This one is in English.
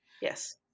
Yes